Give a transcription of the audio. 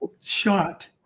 shot